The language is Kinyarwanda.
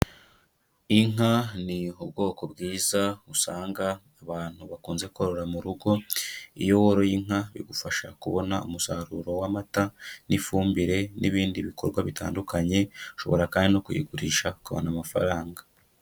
Inka ni ubwoko bwiza usanga abantu bakunze korora mu rugo, iyo woroye inka bigufasha kubona umusaruro w'amata n'ifumbire n'ibindi bikorwa bitandukanye, ushobora kandi no kuyigurisha ukabona amafaranga.